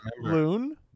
Loon